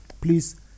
please